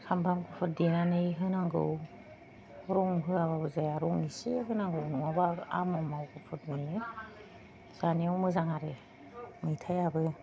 सामब्राम गुफुर देनानै होनांगौ रं होआबाबो जाया रं एसे होनांगौ नङाबा आमाव आमाव गुफुर नुयो जानायाव मोजां आरो मैथायाबो